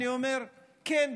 אני אומר: כן,